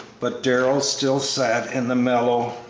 but darrell still sat in the mellow,